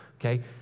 okay